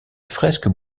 fresques